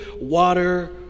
water